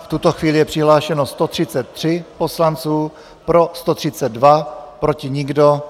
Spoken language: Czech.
V tuto chvíli je přihlášeno 133 poslanců, pro 132, proti nikdo.